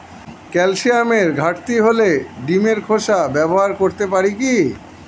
ক্যালসিয়ামের ঘাটতি হলে ডিমের খোসা ব্যবহার করতে পারি কি?